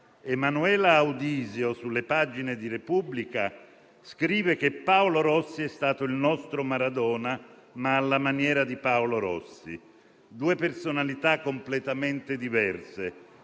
Emanuela Audisio, sulle pagine del quotidiano «la Repubblica», scrive che Paolo Rossi è stato il nostro Maradona, ma alla maniera di Paolo Rossi: due personalità completamente diverse,